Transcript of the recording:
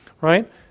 right